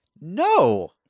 No